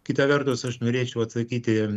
kita vertus aš norėčiau atsakyti